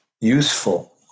useful